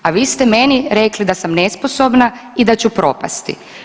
A vi ste meni rekli da sam nesposobna i da ću propasti.